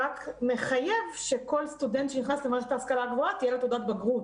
רק מחייב שכל סטודנט שנכנס למערכת ההשכלה הגבוהה תהיה לו תעודת בגרות.